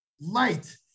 light